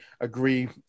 agree